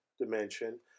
dimension